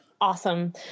Awesome